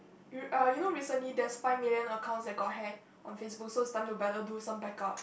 you uh you know recently there's five million accounts that got hacked on Facebook so it's time to better do some backup